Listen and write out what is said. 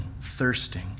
thirsting